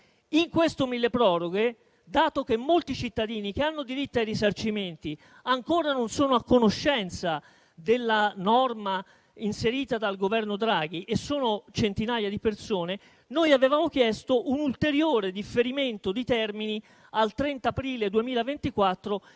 di questo milleproroghe, dato che molti cittadini che hanno diritto ai risarcimenti ancora non sono a conoscenza della norma inserita dal Governo Draghi (sono centinaia di persone), noi avevamo chiesto un ulteriore differimento di termini al 30 aprile 2024,